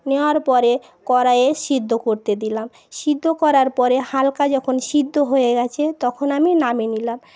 নেওয়ার পরে কড়াইয়ে শেদ্ধ করতে দিলাম শেদ্ধ করার পরে হালকা যখন শেদ্ধ হয়ে গেছে তখন আমি নামিয়ে নিলাম